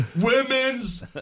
Women's